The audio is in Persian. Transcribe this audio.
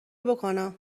بکنم